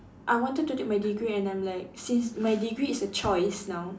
I wanted to take my degree and I'm like since my degree is a choice now